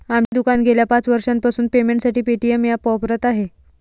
आमचे दुकान गेल्या पाच वर्षांपासून पेमेंटसाठी पेटीएम ॲप वापरत आहे